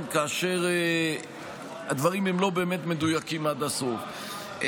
כאשר הדברים הם לא באמת מדויקים עד הסוף.